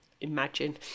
imagine